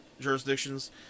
jurisdictions